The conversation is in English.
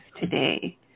today